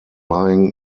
lying